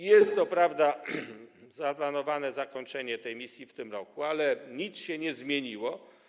Jest co prawda zaplanowane zakończenie tej misji w tym roku, ale nic się nie zmieniło.